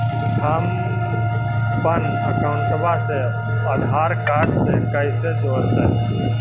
हमपन अकाउँटवा से आधार कार्ड से कइसे जोडैतै?